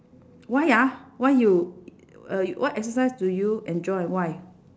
why ah why you uh what exercise do you enjoy why